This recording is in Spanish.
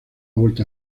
vuelto